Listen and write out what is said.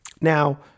now